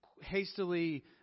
hastily